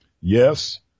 Yes